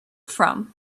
from